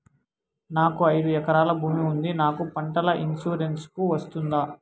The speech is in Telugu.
నాకు ఐదు ఎకరాల భూమి ఉంది నాకు పంటల ఇన్సూరెన్సుకు వస్తుందా?